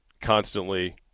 constantly